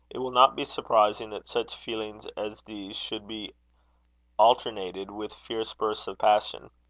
it will not be surprising that such feelings as these should be alternated with fierce bursts of passion.